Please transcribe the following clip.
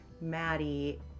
maddie